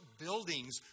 buildings